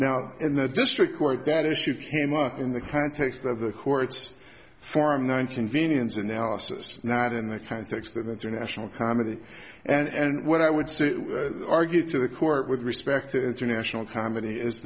now in the district court that issue came up in the context of the court's form nine convenience analysis not in the context of international comedy and what i would say argued to the court with respect to international comedy is